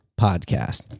podcast